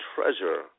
treasure